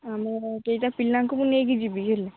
ଆମର କେଇଟା ପିଲାଙ୍କୁ ମୁଁ ନେଇକି ଯିବିହେରି